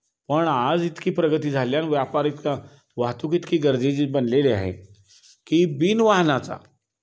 पण आज इतकी प्रगती झाली आहे आणि व्यापार इतका वाहतूक इतकी गरजेची बनलेली आहे की बिन वाहनाचा